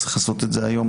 צריך לעשות את זה היום,